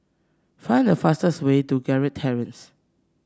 find the fastest way to Gerald Terrace